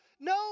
no